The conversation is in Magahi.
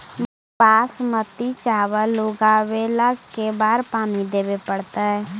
बासमती चावल उगावेला के बार पानी देवे पड़तै?